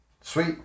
sweet